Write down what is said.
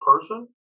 person